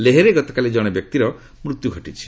ଲେହରେ ଗତକାଲି ଜଣେ ବ୍ୟକ୍ତିଙ୍କର ମୃତ୍ୟୁ ଘଟିଛି